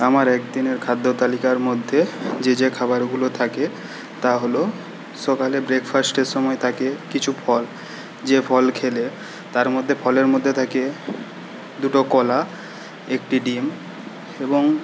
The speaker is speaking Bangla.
আমার একদিনের খাদ্য তালিকার মধ্যে যে যে খাবারগুলো থাকে তা হলো সকালে ব্রেকফাস্টের সময় থাকে কিছু ফল যে ফল খেলে তার মধ্যে ফলের মধ্যে থাকে দুটো কলা একটি ডিম এবং